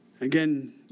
Again